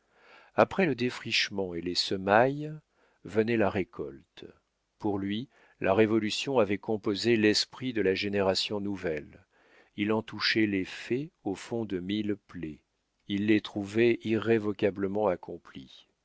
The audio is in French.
après le défrichement et les semailles venait la récolte pour lui la révolution avait composé l'esprit de la génération nouvelle il en touchait les faits au fond de mille plaies il les trouvait irrévocablement accomplis